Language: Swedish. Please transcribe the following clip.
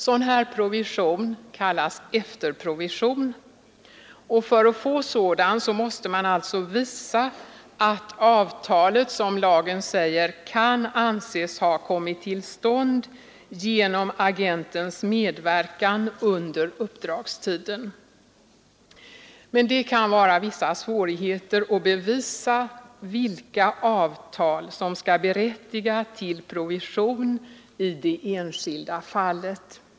Sådan provision kallas efterprovision och för att få den måste man alltså visa att avtalet, som lagen säger, kan anses ha kommit till stånd genom agentens medverkan under uppdragstiden. Det kan vara vissa svårigheter att bevisa vilka avtal som skall berättiga till provision i det enskilda fallet.